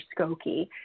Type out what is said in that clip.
Skokie